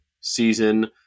season